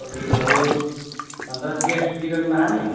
कोल्डड्रिङ्कहरू अनि त KFC chicken नखाने